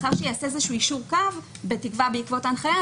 בתקווה שיעשה איזשהו יישור קו בעקבות ההנחיה,